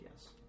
yes